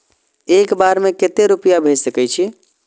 एक बार में केते रूपया भेज सके छी?